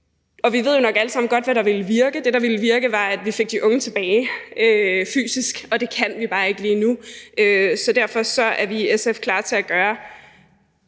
Og vi ved jo nok alle sammen godt, hvad der ville virke. Det, der ville virke, var, at vi fik de unge tilbage fysisk, og det kan vi bare ikke lige nu. Derfor er vi i SF klar til at kigge